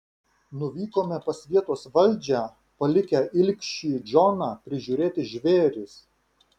nuvykome pas vietos valdžią palikę ilgšį džoną prižiūrėti žvėris